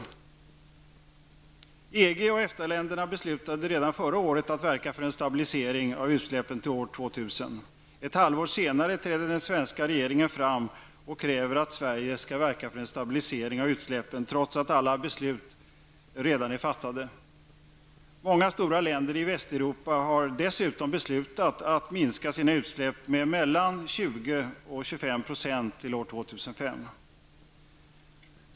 EG och EFTA-länderna beslutade redan förra året att verka för en stabilisering av utsläppen till år 2000. Ett halvår senare träder den svenska regeringen fram och kräver att Sverige skall verka för en stabilisering av utsläppen, trots att alla beslut redan är fattade. Många stora länder i Västeuropa har dessutom beslutat att minska sina utsläpp med mellan 20--25 % till år 2005.